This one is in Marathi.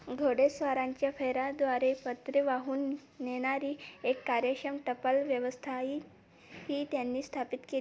घोडेस्वारांच्या फेऱ्याद्वारे पत्रे वाहून नेणारी एक कार्यक्षम टपाल व्यवस्थाही त्यांनी स्थापित केली